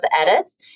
edits